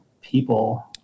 people